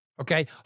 Okay